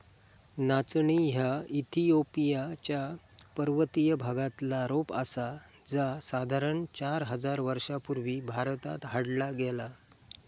नाचणी ह्या इथिओपिया च्या पर्वतीय भागातला रोप आसा जा साधारण चार हजार वर्षां पूर्वी भारतात हाडला गेला